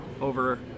over